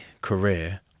career